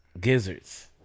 Gizzards